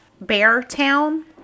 Beartown